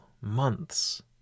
months